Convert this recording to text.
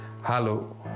Hello